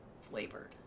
flavored